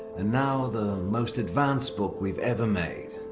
and now the most advanced book we have ever made,